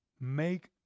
make